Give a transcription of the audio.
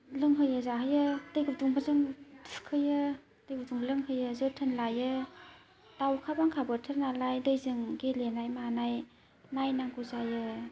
लोंहोयो जाहोयो दै गुदुंफोरजों थुखैयो दै गुदुं लोंहोयो जोथोन लायो दा अखा बांखा बोथोर नालाय दैजों गेलेनाय मानाय नायनांगौ जायो